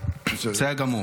בסדר גמור.